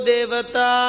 Devata